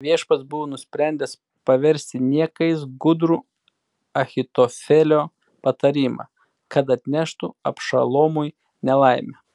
viešpats buvo nusprendęs paversti niekais gudrų ahitofelio patarimą kad atneštų abšalomui nelaimę